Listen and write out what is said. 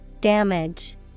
Damage